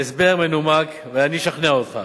ההסבר מנומק ואני אשכנע אותך.